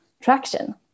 traction